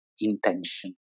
intention